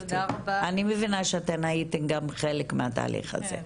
אני מבינה שאתן הייתן גם חלק מהתהליך הזה.